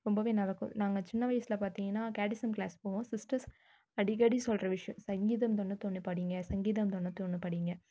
ரொம்பவே நல்லாருக்கும் நாங்கள் சின்ன வயசில் பார்த்திங்கன்னா கேடிஸம் கிளாஸ் போவோம் சிஸ்டர்ஸ் அடிக்கடி சொல்கிற விஷியம் சங்கீதம் தொண்ணூத்தொன்று படிங்க சங்கீதம் தொண்ணூத்தொன்று படிங்க